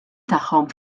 tagħhom